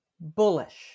Bullish